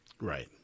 Right